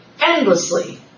endlessly